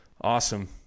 awesome